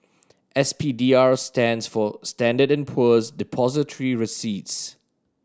S P D R stands for Standard and Poor's Depository Receipts